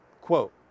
quote